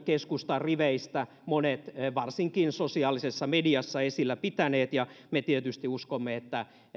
keskustan riveistä monet varsinkin sosiaalisessa mediassa esillä pitäneet ja me tietysti uskomme että